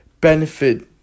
benefit